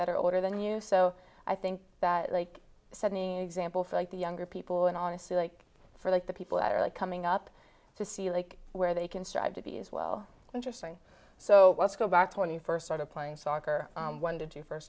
that are older than you so i think that like seventy example for the younger people and honestly like for like the people that are really coming up to see like where they can strive to be as well interesting so let's go back twenty first started playing soccer when did you first